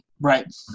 Right